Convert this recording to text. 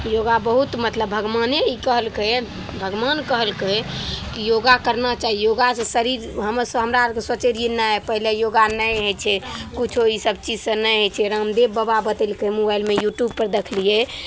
योगा बहुत मतलब भगवाने ई कहलकैए भगवान कहलकै कि योगा करना चाही योगासे शरीर हमरसभ हमरा आओरके सोचै रहिए नहि पहिले योगा नहि होइ छै किछु ईसब चीजसे नहि होइ छै रामदेव बाबा बतेलकै मोबाइलमे यूट्यूबपर देखलिए